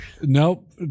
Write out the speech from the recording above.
nope